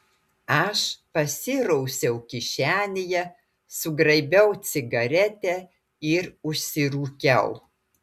aš pasirausiau kišenėje sugraibiau cigaretę ir užsirūkiau